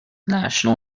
national